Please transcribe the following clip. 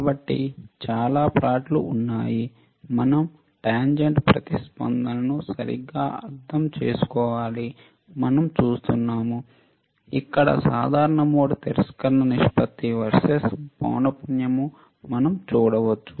కాబట్టి చాలా ప్లాట్లు ఉన్నాయి మనం టాంజెంట్ ప్రతిస్పందనను సరిగ్గా అర్థం చేసుకోవాలి మనం చూడవచ్చు ఇక్కడ సాధారణ మోడ్ తిరస్కరణ నిష్పత్తి వర్సెస్ పౌనపున్యo మనం చూడవచ్చు